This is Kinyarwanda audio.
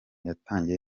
yatangiye